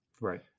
right